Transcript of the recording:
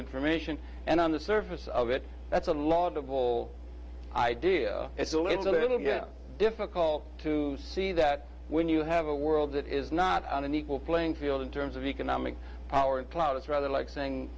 information and on the surface of it that's a laudable idea it's all it's a little bit difficult to see that when you have a world that is not on an equal playing field in terms of economic power and clout it's rather like saying